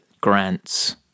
grants